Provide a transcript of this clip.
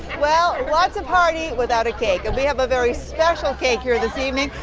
well what's a party without a cake, and we have a very special cake here this evening,